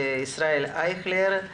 ישראל אייכלר,